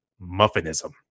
muffinism